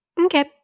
Okay